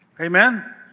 Amen